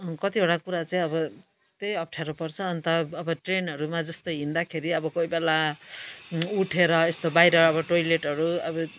कतिवटा कुरा चाहिँ अब त्यही अप्ठ्यारो पर्छ अन्त अब ट्रेनहरूमा जस्तै हिँड्दाखेरि अब कोही बेला उठेर यस्तो बाहिर अब टोइलेटहरू अब